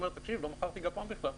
הוא אומר: לא מכרתי גפ"מ בכלל,